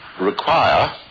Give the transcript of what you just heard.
require